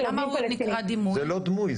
למה הוא נקרא "דמוי"?